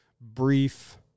brief